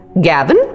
Gavin